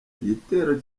igitero